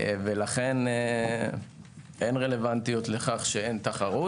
לכן אין רלוונטיות לזה שאין תחרות.